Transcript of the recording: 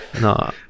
No